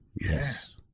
yes